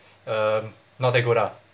um not that good ah